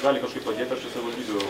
gali kažkaip padėt ar su savivaldybių